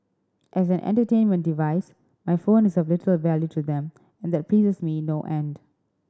as an entertainment device my phone is of little value to them and that pleases me no end